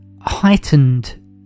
heightened